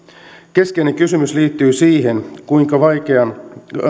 keskeinen kysymys liittyy siihen